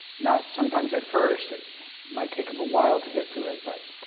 not sometimes at first, it might take him a while to get to it but.